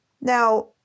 Now